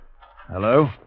Hello